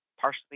partially